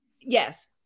yes